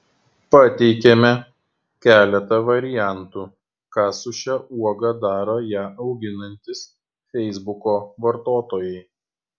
pateikiame keletą variantų ką su šia uoga daro ją auginantys feisbuko vartotojai